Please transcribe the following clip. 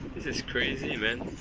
this is crazy man!